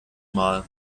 mal